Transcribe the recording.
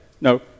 No